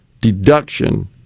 deduction